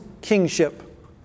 kingship